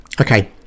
Okay